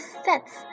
sets